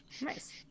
Nice